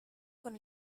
con